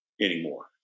anymore